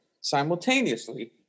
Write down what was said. simultaneously